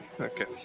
Okay